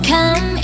Come